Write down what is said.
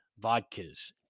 vodkas